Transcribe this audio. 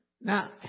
Now